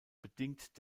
bedingt